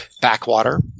backwater